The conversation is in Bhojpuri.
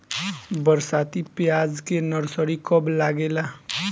बरसाती प्याज के नर्सरी कब लागेला?